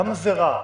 למה זה רע?